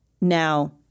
Now